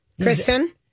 Kristen